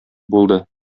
булды